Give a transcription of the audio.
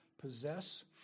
possess